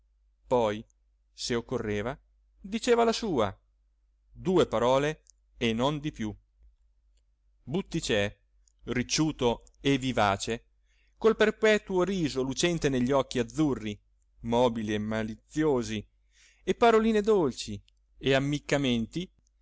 poi se occorreva diceva la sua due parole e non di più butticè ricciuto e vivace col perpetuo riso lucente degli occhi azzurri mobili e maliziosi e paroline dolci e ammiccamenti